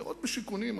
דירות בשיכונים,